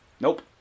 Nope